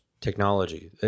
technology